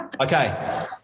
Okay